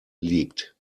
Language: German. liegt